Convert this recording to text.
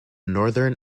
northern